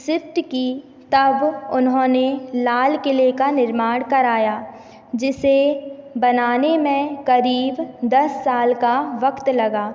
shift की तब उन्होंने लाल क़िले का निर्माण कराया जिसे बनाने में क़रीब दस साल का वक़्त लगा